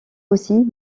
aussi